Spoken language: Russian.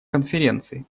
конференции